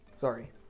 sorry